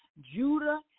Judah